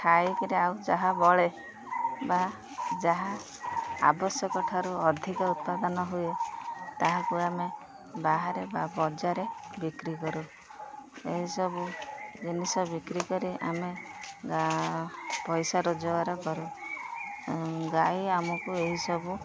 ଖାଇକିରି ଆଉ ଯାହା ବଳେ ବା ଯାହା ଆବଶ୍ୟକଠାରୁ ଅଧିକ ଉତ୍ପାଦାନ ହୁଏ ତାହାକୁ ଆମେ ବାହାରେ ବା ବଜାରେ ବିକ୍ରି କରୁ ଏହିସବୁ ଜିନିଷ ବିକ୍ରି କରି ଆମେ ପଇସା ରୋଜଗାର କରୁ ଗାଈ ଆମକୁ ଏହିସବୁ